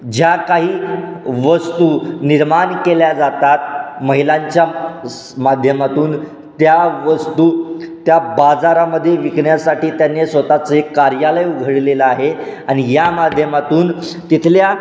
ज्या काही वस्तू निर्माण केल्या जातात महिलांच्या स माध्यमातून त्या वस्तू त्या बाजारामध्ये विकण्यासाठी त्यांनी स्वतःचं एक कार्यालय उघडलेलं आहे आणि या माध्यमातून तिथल्या